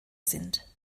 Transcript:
sind